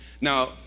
Now